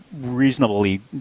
reasonably